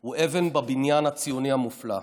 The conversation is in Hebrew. הם אבן בבניין הציוני המופלא.